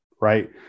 right